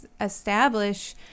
establish